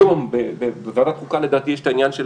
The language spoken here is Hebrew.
היום בוועדת החוקה, לדעתי, יש את העניין של